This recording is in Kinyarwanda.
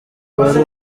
wari